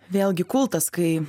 vėlgi kultas kai